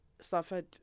suffered